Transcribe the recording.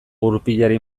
gurpilari